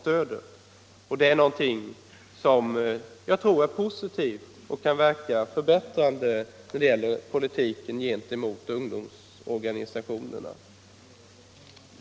Detta tror jag är positivt och någonting som kan verka förbättrande för politiken gentemot ungdomsorganisationerna.